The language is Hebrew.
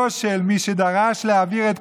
יודעים